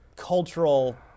cultural